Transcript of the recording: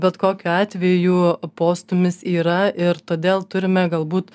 bet kokiu atveju postūmis yra ir todėl turime galbūt